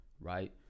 right